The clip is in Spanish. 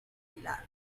pilar